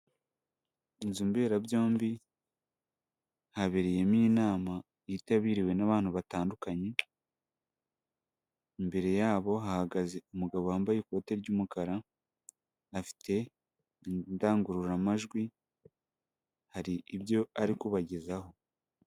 Inzu mberabyombi habereyemo inama yitabiriwe n'abantu batandukanye, imbere yabo hahagaze umugabo wambaye ikote ry'umukara, afite indangururamajwi, hari ibyo ari kubagezaho.